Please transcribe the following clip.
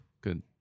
Good